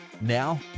Now